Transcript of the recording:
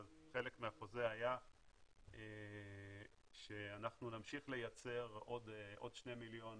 חלק מהחוזה היה שאנחנו נמשיך לייצר עוד 2 מיליון